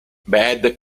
bad